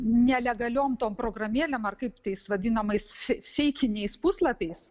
nelegaliom tom programėlėm ar kaip tais vadinamais feikiniais puslapiais